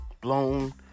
blown